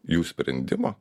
jų sprendimo